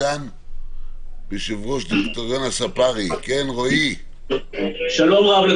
יושב-ראש הוועדה, אני